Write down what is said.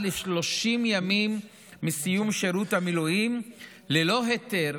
ל-30 ימים מסיום שירות המילואים ללא היתר